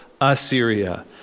Assyria